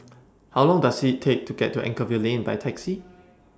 How Long Does IT Take to get to Anchorvale Lane By Taxi